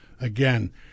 again